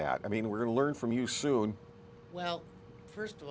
that i mean we're going to learn from you soon well first of